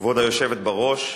כבוד היושבת בראש,